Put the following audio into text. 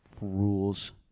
rules